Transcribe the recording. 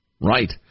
Right